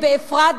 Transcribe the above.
באפרת,